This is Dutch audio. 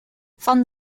van